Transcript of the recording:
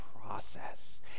process